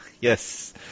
yes